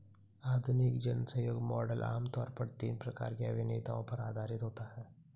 आधुनिक जनसहयोग मॉडल आम तौर पर तीन प्रकार के अभिनेताओं पर आधारित होता है